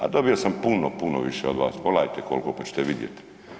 A dobio sam puno, puno više od vas, pogledajte koliko pa ćete vidjeti.